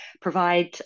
provide